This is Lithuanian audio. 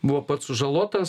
buvo pats sužalotas